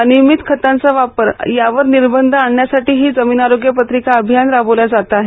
अनियमित खतांचा वापर यावर निर्बंध आणण्यासाठीही जमीन आरोग्य पत्रिका अभियान राबविलं जात आहे